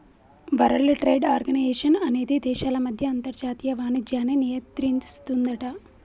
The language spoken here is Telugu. వరల్డ్ ట్రేడ్ ఆర్గనైజేషన్ అనేది దేశాల మధ్య అంతర్జాతీయ వాణిజ్యాన్ని నియంత్రిస్తుందట